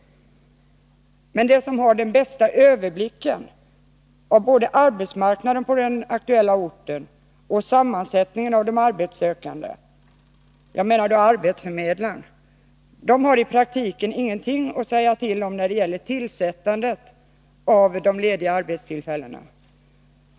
De som har den bästa överblicken av både arbetsmarknaden på den aktuella orten och sammansättningen av de arbetssökande, nämligen arbetsförmedlarna, har i praktiken ingenting att säga till om när det gäller tillsättandet av lediga arbeten.